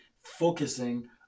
focusing